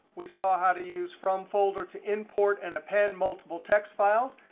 we saw how to use from folder to import and append multiple txt files.